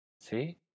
See